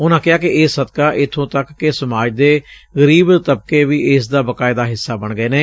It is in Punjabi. ਉਨੂਾ ਕਿਹਾ ਕਿ ਇਸ ਸਦਕਾ ਇੱਥੋਂ ਤੱਕ ਕਿ ਸਮਾਜੱ ਦੇ ਗਰੀਬ ਤਬਕੇ ਵੀ ਇਸ ਦਾ ਬਕਾਇਦਾ ਹਿੱਸਾ ਬਣ ਗਏ ਨੇ